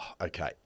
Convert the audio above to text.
okay